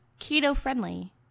keto-friendly